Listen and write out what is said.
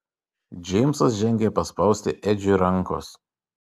džeimsas žengė paspausti edžiui rankos